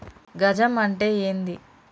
గజం అంటే ఏంది?